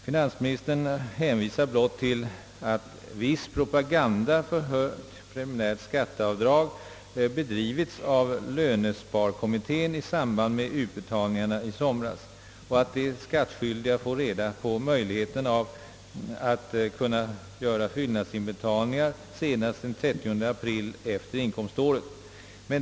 Finansministern hänvisar blott till att viss propaganda »för höjt preliminärskatteavdrag bedrevs av lönesparkommittén i samband med utbetalningen av lönetilläggen» i somras och att de skattskyldiga får reda på möjligheten att kunna göra fyllnadsinbetalningar senast den 30 april året efter inkomståret.